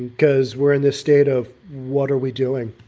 because we're in this state of what are we doing?